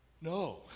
no